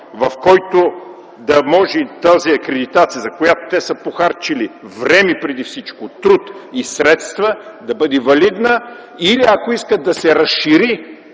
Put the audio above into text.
в който да може тази акредитация, за която те са похарчили преди всичко време, труд и средства, да бъде валидна, или ако искат да се разшири